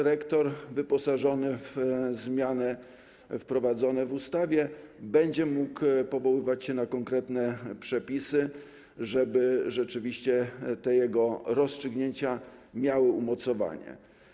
Rektor dzięki zmianom wprowadzonym w ustawie będzie mógł powoływać się na konkretne przepisy, żeby rzeczywiście jego rozstrzygnięcia miały umocowanie.